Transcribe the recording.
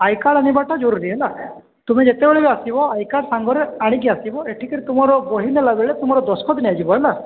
I card ଆଣିବାଟା ଜରୁରୀ ହେଲା ତୁମେ ଯେତେବେଳେ ବି ଆସିବ ଆଇ କାର୍ଡ଼ ସାଙ୍ଗରେ ଆଣିକି ଆସିବ ଏଠିକାର ତୁମର ବହି ନେଲା ବେଳେ ତୁମର ଦସ୍ତଖତ ନିଆଯିବ ହେଲା